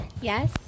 Yes